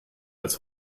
als